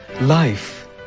life